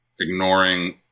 Ignoring